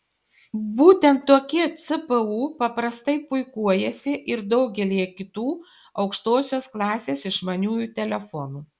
būtent tokie cpu paprastai puikuojasi ir daugelyje kitų aukštosios klasės išmaniųjų telefonų